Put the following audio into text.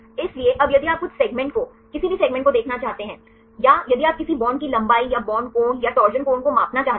इसलिए अब यदि आप कुछ सेगमेंट को किसी भी सेगमेंट को देखना चाहते हैं या यदि आप किसी बॉन्ड की लंबाई या बॉन्ड कोण या टॉर्शन कोण को मापना चाहते हैं